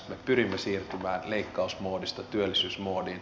me pyrimme siirtymään leikkausmoodista työllisyysmoodiin